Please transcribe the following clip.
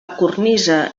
cornisa